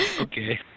Okay